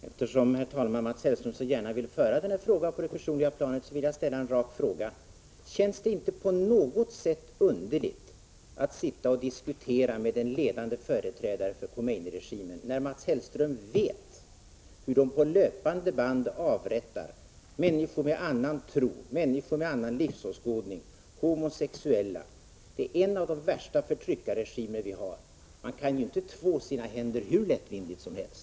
Herr talman! Eftersom Mats Hellström så gärna vill föra den här debatten på det personliga planet vill jag ställa en rak fråga: Känns det inte på något sätt underligt att sitta och diskutera med en ledande företrädare för Khomeini-regimen, när Mats Hellström vet hur den på löpande band avrättar människor med annan tro, människor med annan livsåskådning och homosexuella? Det är en av de värsta förtryckarregimer som finns. Man kan inte två sina händer hur lättvindigt som helst!